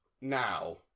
Now